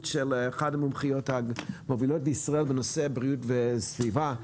של אחת המומחיות המובילות בישראל בנושא בריאות וסביבה.